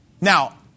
Now